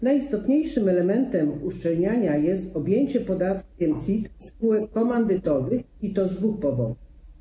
Najistotniejszym elementem uszczelniania jest objęcie podatkiem CIT spółek komandytowych, i to z dwóch powodów.